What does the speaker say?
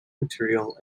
material